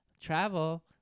travel